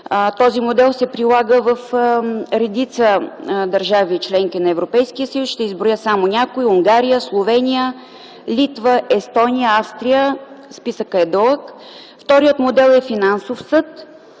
Този модел се прилага в редица държави – членки на Европейския съюз. Ще изброя само някои – Унгария, Словения, Литва, Естония, Австрия. Списъкът е дълъг. Вторият модел е финансов съд.